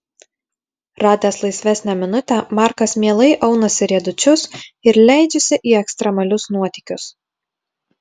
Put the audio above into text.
radęs laisvesnę minutę markas mielai aunasi riedučius ir leidžiasi į ekstremalius nuotykius